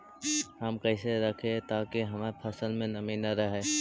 हम कैसे रखिये ताकी हमर फ़सल में नमी न रहै?